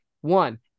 One